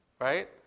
right